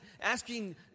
asking